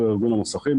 ארגון המוסכים,